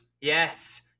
yes